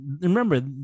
Remember